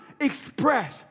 express